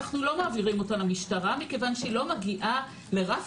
אנחנו לא מעבירים אותה למשטרה כיוון שהיא לא מגיעה לרף